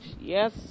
yes